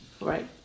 Right